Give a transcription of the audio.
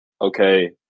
okay